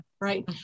right